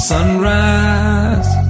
Sunrise